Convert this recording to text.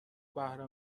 بهره